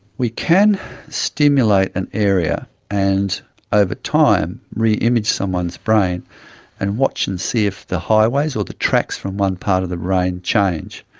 we can stimulate an area and over time reimage someone's brain and watch and see if the highways or the tracts from one part of the brain change.